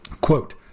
Quote